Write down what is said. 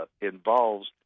involves